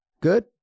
Good